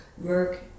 work